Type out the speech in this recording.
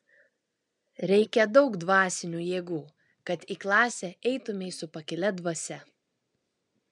reikia daug dvasinių jėgų kad į klasę eitumei su pakilia dvasia